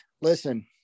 listen